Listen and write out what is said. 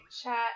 chat